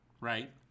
right